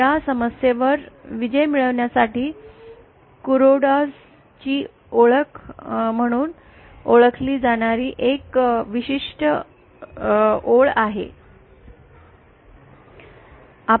या समस्येवर विजय मिळविण्यासाठी कुरोडा Kuroda's ची ओळख म्हणून ओळखली जाणारी एक विशिष्ट ओळख आहे